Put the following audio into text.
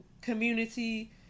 community